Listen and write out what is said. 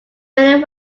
many